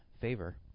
favor